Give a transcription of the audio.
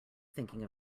thinking